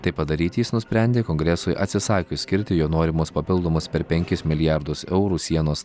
tai padaryti jis nusprendė kongresui atsisakius skirti jo norimus papildomus per penkis milijardus eurų sienos